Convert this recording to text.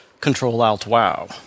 Control-Alt-Wow